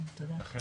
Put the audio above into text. רחל